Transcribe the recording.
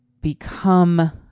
become